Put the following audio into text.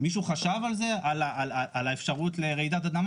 מישהו חשב על האפשרות לרעידת אדמה?